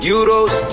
Euros